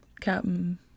Captain